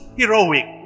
heroic